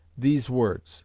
these words